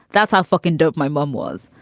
that's how fucking dope my mom was.